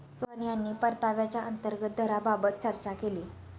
सोहन यांनी परताव्याच्या अंतर्गत दराबाबत चर्चा केली